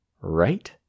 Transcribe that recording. Right